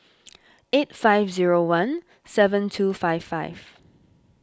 eight five zero one seven two five five